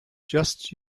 just